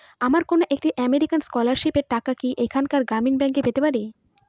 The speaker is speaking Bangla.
আমার কন্যা একটি আমেরিকান স্কলারশিপের টাকা কি এখানকার গ্রামীণ ব্যাংকে পেতে পারে?